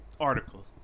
article